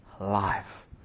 life